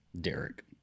Derek